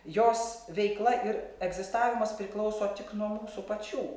jos veikla ir egzistavimas priklauso tik nuo mūsų pačių